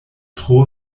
tro